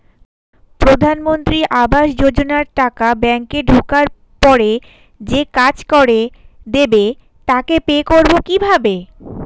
প্রধানমন্ত্রী আবাস যোজনার টাকা ব্যাংকে ঢোকার পরে যে কাজ করে দেবে তাকে পে করব কিভাবে?